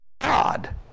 God